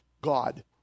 God